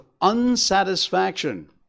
unsatisfaction